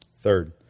Third